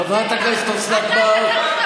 חברת הכנסת אוסנת מארק,